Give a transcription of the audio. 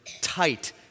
tight